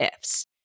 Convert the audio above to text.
ifs